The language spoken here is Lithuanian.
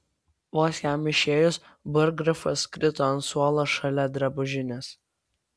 vos jam išėjus burggrafas krito ant suolo šalia drabužinės